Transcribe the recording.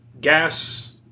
Gas